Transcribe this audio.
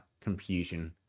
confusion